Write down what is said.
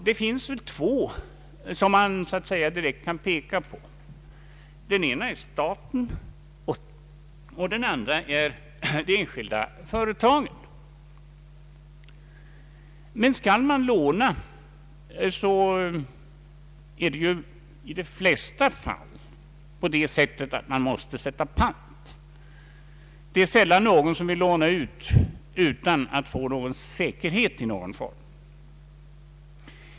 Ja, man kan direkt peka ut två grupper; den ena är staten och den andra är de enskilda företagen. Den som skall låna måste i de flesta fall ställa en pant. Det är sällan någon vill låna ut utan att få en säkerhet i någon form.